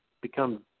become